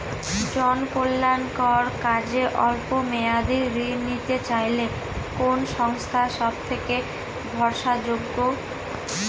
জনকল্যাণকর কাজে অল্প মেয়াদী ঋণ নিতে চাইলে কোন সংস্থা সবথেকে ভরসাযোগ্য?